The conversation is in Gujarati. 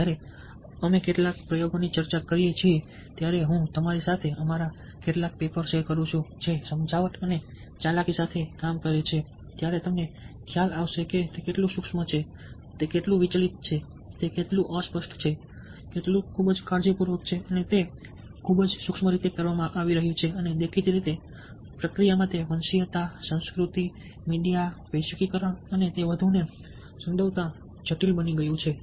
જ્યારે અમે કેટલાક પ્રયોગોની ચર્ચા કરીએ છીએ ત્યારે હું તમારી સાથે અમારા કેટલાક પેપર શેર કરું છું જે સમજાવટ અને ચાલાકી સાથે કામ કરે છે ત્યારે તમને ખ્યાલ આવશે કે તે કેટલું સૂક્ષ્મ છે કેટલું વિચલિત છે કેટલું અસ્પષ્ટ છે કેટલું ખૂબ જ કાળજીપૂર્વક છે અને તે ખૂબ જ સૂક્ષ્મ રીતે કરવામાં આવી રહ્યું છે અને દેખીતી રીતે પ્રક્રિયામાં તે વંશીયતા સંસ્કૃતિ મીડિયા વૈશ્વિકરણ અને તે વધુને સંડોવતા વધુ જટિલ બની ગયું છે